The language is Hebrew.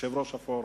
יושב-ראש הפורום,